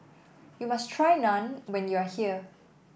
you must try Naan when you are here